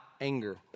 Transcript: anger